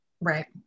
Right